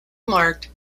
marked